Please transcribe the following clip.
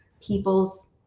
people's